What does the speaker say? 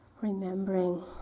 remembering